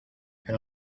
and